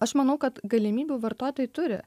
aš manau kad galimybių vartotojai turi